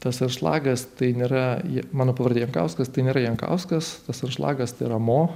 tas anšlagas tai nėra ji mano pavardė jankauskas tai nėra jankauskas tas anšlagas tai yra mo